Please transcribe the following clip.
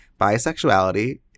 bisexuality